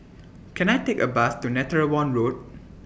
Can I Take A Bus to Netheravon Road